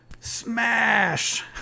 smash